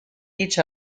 each